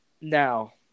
Now